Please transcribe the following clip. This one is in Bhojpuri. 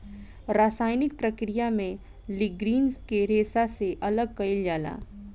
रासायनिक प्रक्रिया में लीग्रीन के रेशा से अलग कईल जाला